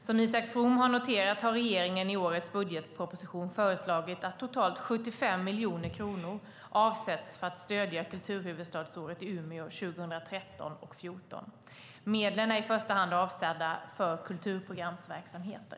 Som Isak From har noterat har regeringen i årets budgetproposition föreslagit att totalt 75 miljoner kronor avsätts för att stödja kulturhuvudstadsåret i Umeå 2013-2014. Medlen är i första hand avsedda för kulturprogramverksamheter.